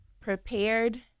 prepared